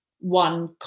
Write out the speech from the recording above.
one